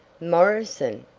morrison?